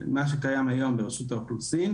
מה שקיים היום ברשות האוכלוסין,